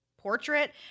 portrait